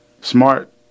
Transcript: smart